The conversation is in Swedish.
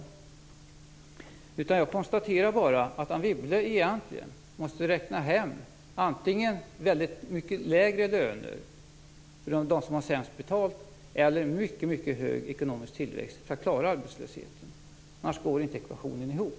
Jag kan bara konstatera att Anne Wibble måste räkna hem antingen väldigt mycket lägre löner för dem som har sämst betalt eller en mycket, mycket hög ekonomisk tillväxt för att klara arbetslösheten. Annars går inte ekvationen ihop.